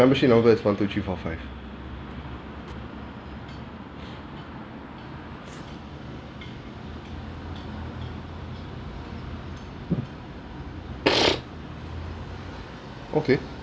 ~bership number is one two three four five okay